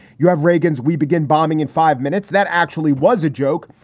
you have reagan's. we begin bombing in five minutes. that actually was a joke.